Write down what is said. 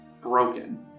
broken